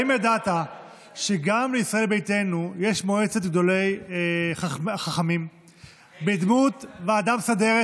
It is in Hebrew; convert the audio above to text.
האם ידעת שגם לישראל ביתנו יש מועצת חכמים בדמות ועדה מסדרת,